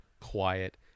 quiet